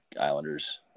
Islanders